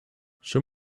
show